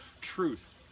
truth